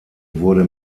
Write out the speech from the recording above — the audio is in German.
wurde